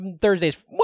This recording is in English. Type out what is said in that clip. Thursdays